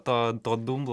to to dumblo